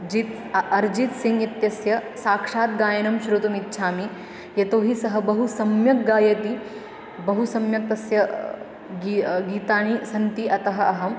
जीत् अ अर्जीत् सिङ्ग् इत्यस्य साक्षात् गायनं श्रोतुम् इच्छामि यतोहि सः बहु सम्यक् गायति बहु सम्यक्तस्य गीतानि सन्ति अतः अहं